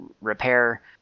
repair